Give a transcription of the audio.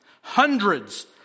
Hundreds